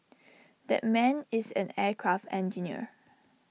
that man is an aircraft engineer